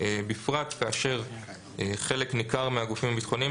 בפרט כאשר חלק ניכר מהגופים הביטחוניים